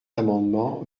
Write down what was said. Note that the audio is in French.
amendement